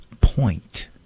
point